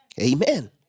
Amen